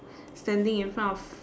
standing in front of